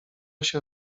się